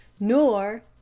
nor.